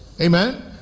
amen